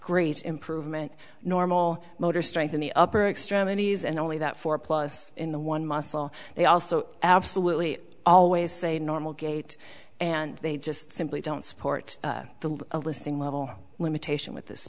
great improvement normal motor strength in the upper extremities and only that for plus in the one muscle they also absolutely always say normal gait and they just simply don't support the a listing level limitation with th